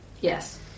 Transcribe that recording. Yes